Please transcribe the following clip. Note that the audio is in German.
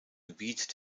gebiet